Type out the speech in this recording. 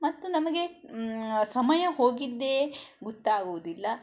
ಮತ್ತು ನಮಗೆ ಸಮಯ ಹೋಗಿದ್ದೇ ಗೊತ್ತಾಗುವುದಿಲ್ಲ